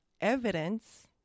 evidence